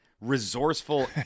resourceful